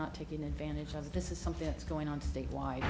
not taking advantage of this is something that's going on statewide